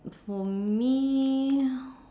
for me